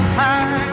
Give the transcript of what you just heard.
time